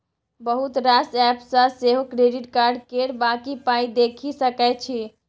बहुत रास एप्प सँ सेहो क्रेडिट कार्ड केर बाँकी पाइ देखि सकै छी